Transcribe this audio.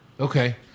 Okay